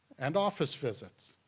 and office visits.